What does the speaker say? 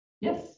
Yes